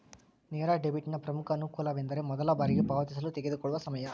ನೇರ ಡೆಬಿಟ್ನ ಪ್ರಮುಖ ಅನಾನುಕೂಲವೆಂದರೆ ಮೊದಲ ಬಾರಿಗೆ ಪಾವತಿಸಲು ತೆಗೆದುಕೊಳ್ಳುವ ಸಮಯ